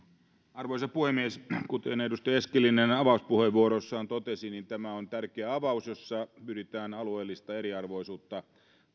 arvoisa puhemies kuten edustaja eskelinen avauspuheenvuorossaan totesi tämä on tärkeä avaus jossa pyritään alueellista eriarvoisuutta